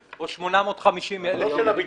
כמו שאומרים "לתת",